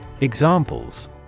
Examples